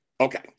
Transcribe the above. okay